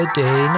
day